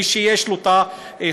מי שיש לו פנסיה,